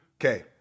okay